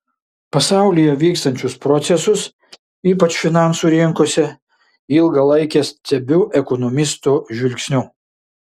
pasaulyje vykstančius procesus ypač finansų rinkose ilgą laiką stebiu ekonomisto žvilgsniu